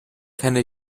kenne